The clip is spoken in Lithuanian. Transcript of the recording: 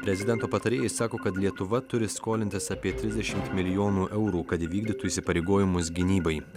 prezidento patarėjai sako kad lietuva turi skolintis apie trisdešimt milijonų eurų kad įvykdytų įsipareigojimus gynybai